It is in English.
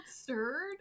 absurd